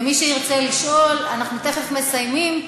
ומי שירצה לשאול, אנחנו תכף מסיימים.